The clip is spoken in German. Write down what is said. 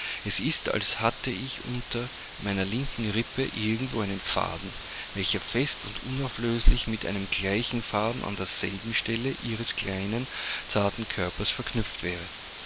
es ist als hätte ich unter meiner linken rippe irgendwo einen faden welcher fest und unauflöslich mit einem gleichen faden an derselben stelle ihres kleinen zarten körpers verknüpft wäre